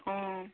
ꯑꯣ